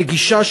נגישה,